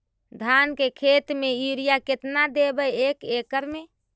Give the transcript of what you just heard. धान के खेत में युरिया केतना देबै एक एकड़ में?